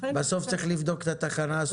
בסוף צריך לבדוק את התחנה הסופית.